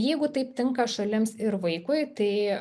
jeigu taip tinka šalims ir vaikui tai